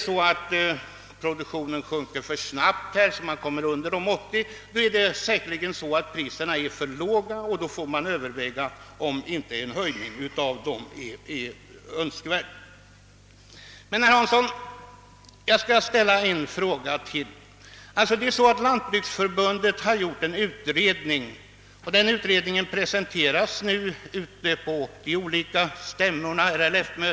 Om produktionen sjunker för snabbt och vi kommer under de 80 procenten, är priserna säkerligen för låga, och då får vi överväga om det inte är motiverat med en höjning. Lantbruksförbundet har efter utredning kommit fram till att vi bör ha differentierade priser.